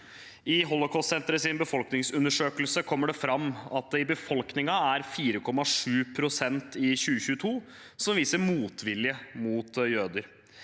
I Holocaustsenterets befolkningsundersøkelse fra 2022 kommer det fram at det i befolkningen er 4,7 pst. som viser motvilje mot jøder.